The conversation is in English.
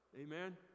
amen